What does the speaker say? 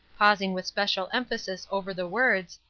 pausing with special emphasis over the words,